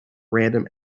random